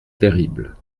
terrible